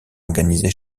organisées